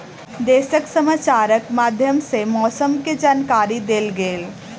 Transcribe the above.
देशक समाचारक माध्यम सॅ मौसम के जानकारी देल गेल